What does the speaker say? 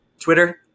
Twitter